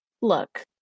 Look